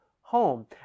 home